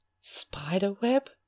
spiderweb